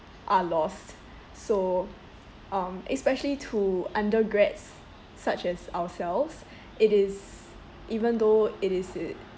are lost so um especially to undergrads such as ourselves it is even though it is uh